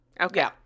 Okay